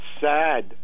sad